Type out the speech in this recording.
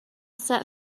set